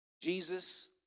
Jesus